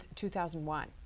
2001